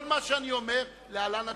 כל מה שאני אומר, להלן הדיון: